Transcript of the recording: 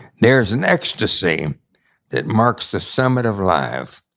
there is an ecstasy that marks the summit of life,